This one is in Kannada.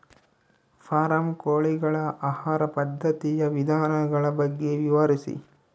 ಫಾರಂ ಕೋಳಿಗಳ ಆಹಾರ ಪದ್ಧತಿಯ ವಿಧಾನಗಳ ಬಗ್ಗೆ ವಿವರಿಸಿ?